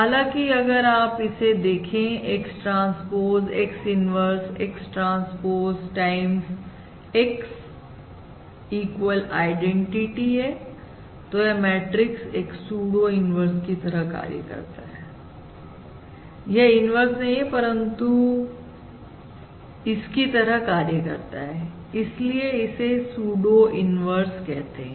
हालांकि अगर आप इसे देखें X transpose X inverse X transpose time X equal identity तो यह मैट्रिक्स एक सुडो इन्वर्स की तरह कार्य करता है यह इन्वर्स नहीं है परंतु इन्वर्स की तरह कार्य करता है इसीलिए इसे सुडो इन्वर्स कहते हैं